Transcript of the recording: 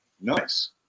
Nice